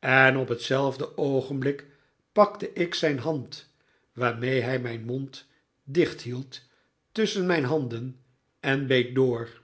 en op hetzelfde oogenblik pakte ik zijn hand waarmee hij mijn mond dicht hield tusschen mijn tanden en beet door